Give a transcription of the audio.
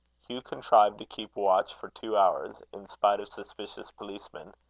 hugh contrived to keep watch for two hours, in spite of suspicious policemen.